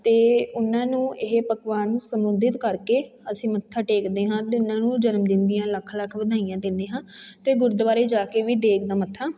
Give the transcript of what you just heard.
ਅਤੇ ਉਹਨਾਂ ਨੂੰ ਇਹ ਪਕਵਾਨ ਸਮੁੰਦਿਤ ਕਰਕੇ ਅਸੀਂ ਮੱਥਾ ਟੇਕਦੇ ਹਾਂ ਅਤੇ ਉਨ੍ਹਾਂ ਨੂੰ ਜਨਮਦਿਨ ਦੀਆਂ ਲੱਖ ਲੱਖ ਵਧਾਈਆਂ ਦਿੰਦੇ ਹਾਂ ਅਤੇ ਗੁਰਦੁਆਰੇ ਜਾ ਕੇ ਵੀ ਦੇਗ ਦਾ ਮੱਥਾ